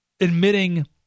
admitting